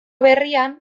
berrian